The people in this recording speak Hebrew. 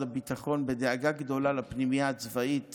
הביטחון בדאגה גדולה לפנימייה הצבאית